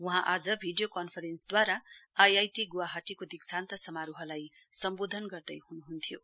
वहाँ आज भिडियो कन्फरेन्सद्वारा आईआईटी ग्वाहाटीको दीक्षान्त समारोहलाई सम्बोधन गर्दैह्न्ह्न्थ्यो